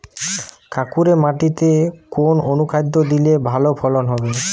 কাঁকুরে মাটিতে কোন অনুখাদ্য দিলে ভালো ফলন হবে?